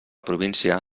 província